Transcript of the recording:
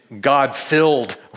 God-filled